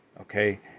okay